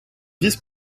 vice